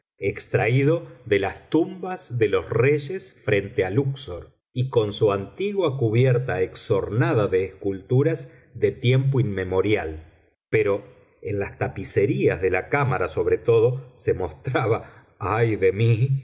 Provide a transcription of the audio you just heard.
extraído de las tumbas de los reyes frente a lúxor y con su antigua cubierta exornada de esculturas de tiempo inmemorial pero en la tapicería de la cámara sobre todo se mostraba ay de mí